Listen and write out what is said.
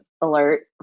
alert